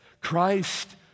Christ